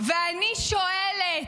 ואני שואלת: